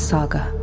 Saga